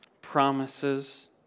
promises